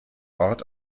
ort